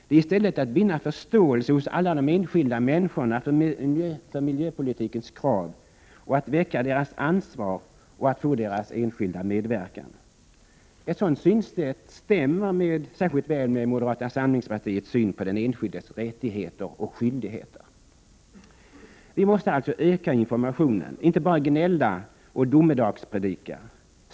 Det är i stället att vinna förståelse hos alla de enskilda Yikp Eg RESTEN sr ken och dess konsemänniskorna för miljöpolitikens krav och att väcka deras ansvar och få deras IRS kvenser för miljön enskilda medverkan. Ett sådant synsätt stämmer särskilt väl med moderata samlingspartiets syn på den enskildes rättigheter och skyldigheter. Vi måste öka informationen — inte bara gnälla och domedagspredika.